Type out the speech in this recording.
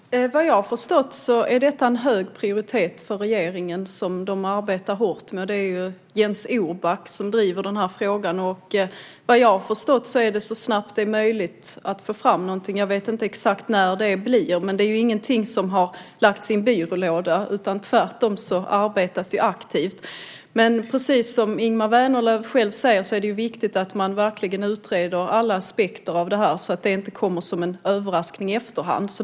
Fru talman! Vad jag har förstått har detta hög prioritet för regeringen. Det är något som de arbetar hårt med. Det är Jens Orback som driver den här frågan, och vad jag har förstått ska man få fram någonting så snabbt det är möjligt. Jag vet inte exakt när det blir, men det är ingenting som har lagts i en byrålåda, utan tvärtom arbetas det aktivt. Men precis som Ingemar Vänerlöv själv säger är det viktigt att man verkligen utreder alla aspekter av det här, så att det inte kommer som en överraskning i efterhand.